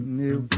meu